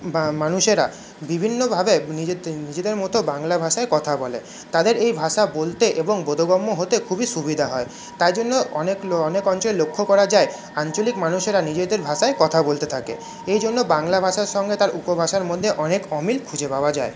বা মানুষেরা বিভিন্নভাবে নিজেদের মতো বাংলা ভাষায় কথা বলে তাদের এই ভাষা বলতে এবং বোধগম্য হতে খুবই সুবিধা হয় তাই জন্য অনেক অনেক অঞ্চলে লক্ষ করা যায় আঞ্চলিক মানুষেরা নিজেদের ভাষায় কথা বলতে থাকে এই জন্য বাংলা ভাষার সঙ্গে তার উপভাষার মধ্যে অনেক অমিল খুঁজে পাওয়া যায়